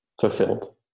fulfilled